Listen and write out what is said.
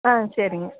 ஆ சரிங்க